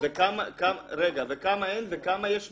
וכמה יש מקורה.